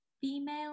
female